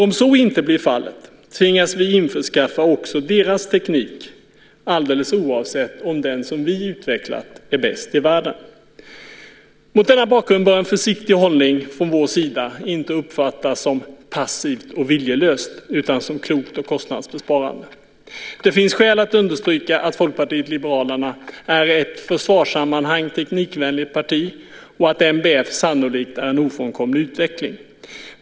Om så inte blir fallet tvingas vi införskaffa också deras teknik alldeles oavsett om den som vi har utvecklat är bäst i världen. Mot denna bakgrund bör en försiktig hållning från vår sida inte uppfattas som passiv och viljelös utan som klok och kostnadsbesparande. Det finns skäl att understryka att Folkpartiet liberalerna är i ett försvarssammanhang teknikvänligt parti och att NBF sannolikt är en ofrånkomlig utveckling.